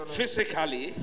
physically